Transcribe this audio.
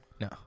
No